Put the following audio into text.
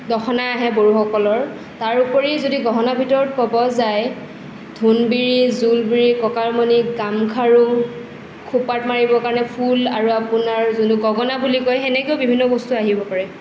দখনা আহে বড়োসকলৰ তাৰোপৰি যদি গহনাৰ ভিতৰত ক'ব যায় ঢোল বিৰি জোন বিৰি পকাৰ মনি গাম খাৰু খোপাত মাৰিবৰ কাৰণে ফুল আৰু আপোনাৰ যোনটো গগনা বুলি কয় সেনেকৈ বিভিন্ন বস্তু আহিব পাৰে